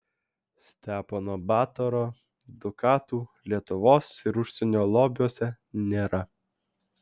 stepono batoro dukatų lietuvos ir užsienio lobiuose nėra